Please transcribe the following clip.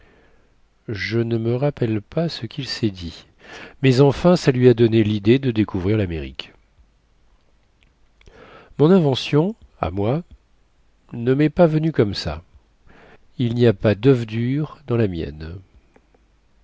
je ne me rappelle pas ce quil sest dit mais enfin ça lui a donné lidée de découvrir lamérique mon invention à moi ne mest pas venue comme ça il ny a pas doeuf dur dans la mienne